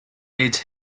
its